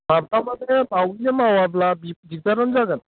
माबा मानि बावैनो मावाब्ला बि दिगदारानो जागोन